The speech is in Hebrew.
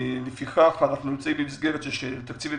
אנחנו נמצאים במסגרת של תקציב המשכי,